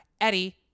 Eddie